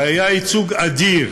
והיה ייצוג אדיר: